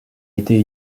été